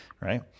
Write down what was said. right